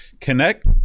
Connect